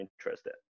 interested